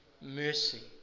mercy